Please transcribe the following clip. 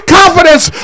confidence